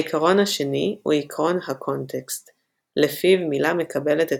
העיקרון השני הוא עקרון הקונטקסט – לפיו מילה מקבלת את